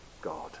god